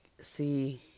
see